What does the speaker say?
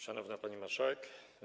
Szanowna Pani Marszałek!